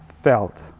felt